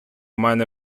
мене